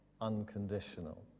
unconditional